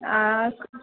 अच्छा